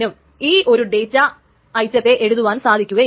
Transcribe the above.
കാരണം ബാക്കിയുള്ള ട്രാൻസാക്ഷനുകൾ അതുവരെ എത്തിയിട്ടുണ്ടാകുകയില്ല